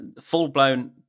full-blown